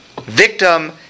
victim